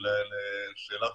הוא